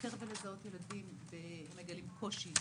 לאתר ולזהות ילדים ברגעי קושי,